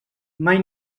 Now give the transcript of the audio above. mai